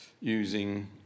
using